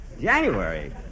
January